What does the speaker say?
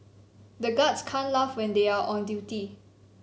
the guards can't laugh when they are on duty